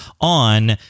on